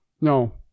no